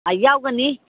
ꯑꯥ ꯌꯥꯎꯒꯅꯤ